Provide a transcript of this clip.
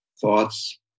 Thoughts